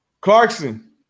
Clarkson